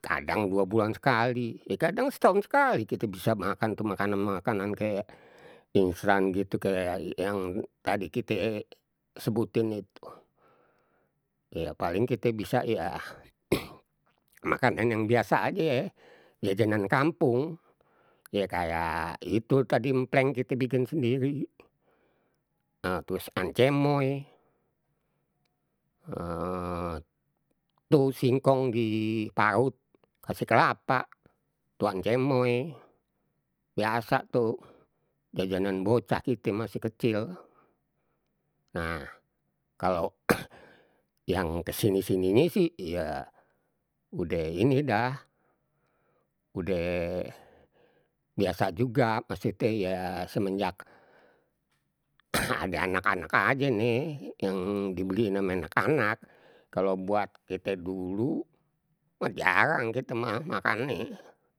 kadang dua bulan sekali, ye kadang setahun sekali kite bisa, makan itu makanan makanan kayak ingstan gitu kayak yang tadi kite sebutin itu, ya paling kite bisa ya makanan yang biasa aje jajanan kampung ye kayak itu tadi mpleng kite bikin sendiri terus ancemoy tuh singkong di parut, kasih kelapa, tuh ancemoy, biasa tuh jajanan bocah kite masih kecil nah, kalau yang kesini sininye sih, ya udeh ini dah udeh biasa juga, maksudnye ya semenjak ade anak anak aje nih yang dibeliin ame anak anak, kalau buat kita dulu mah jarang kita mah makan ni.